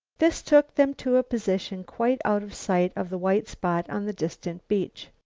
this took them to a position quite out of sight of the white spot on the distant beach.